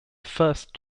first